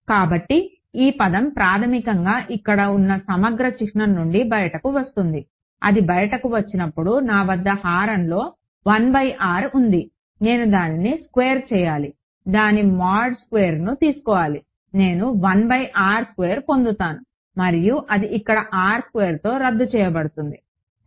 కాబట్టి ఈ పదం ప్రాథమికంగా ఇక్కడ ఉన్న సమగ్ర చిహ్నం నుండి బయటకు వస్తుంది అది బయటకు వచ్చినప్పుడు నా వద్ద హారంలో ఉంది నేను దానిని స్క్వేర్ చేయాలి దాని మోడ్ స్క్వేర్డ్ను తీసుకోవాలి నేను పొందుతాను మరియు ఇది ఇక్కడ తో రద్దు చేయబడుతుంది సరే